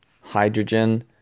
Hydrogen